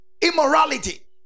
Immorality